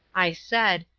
i said,